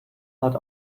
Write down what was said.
hat